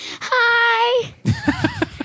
hi